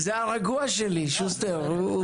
זה הרגוע שלי, שוסטר.